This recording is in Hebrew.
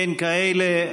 אין כאלה.